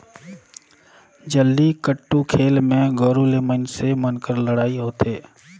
जल्लीकट्टू खेल मे गोरू ले मइनसे मन कर लड़ई होथे